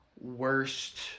worst